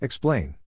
Explain